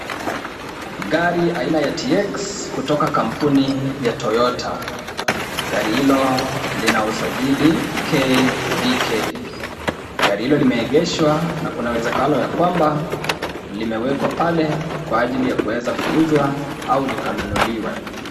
Gari aina ya TX kutoka kampuni ya toyota, gari nhilo lina usajili KDK. Gari hilo limeegeshwa na kuna wezekano ya kwamba limewekwa pale kwa ajili ya kuweza kuuzwa au likanunuliwe.